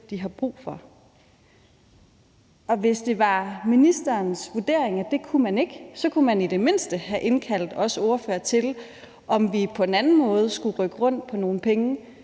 de har brug for. Og hvis det var ministerens vurdering, at det kunne man ikke, så kunne man i det mindste have indkaldt os ordførere for at drøfte, om vi på en anden måde skulle rykke rundt på nogle penge